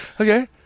Okay